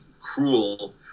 cruel